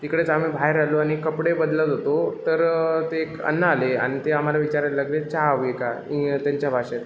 तिकडेच आम्ही बाहेर आलो आणि कपडे बदलत होतो तर ते एक अण्णा आले आणि ते आम्हाला विचारायला लागले चहा हवी का इन त्यांच्या भाषेत